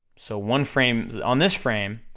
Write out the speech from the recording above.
so one frame, on this frame,